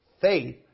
faith